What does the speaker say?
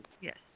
yes